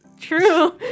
true